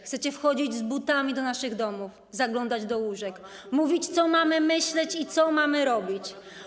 Chcecie wchodzić z butami do naszych domów, zaglądać do łóżek, mówić, co mamy myśleć i co mamy robić.